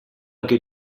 anche